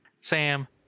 Sam